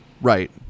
Right